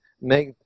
make